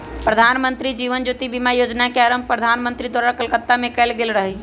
प्रधानमंत्री जीवन ज्योति बीमा जोजना के आरंभ प्रधानमंत्री द्वारा कलकत्ता में कएल गेल रहइ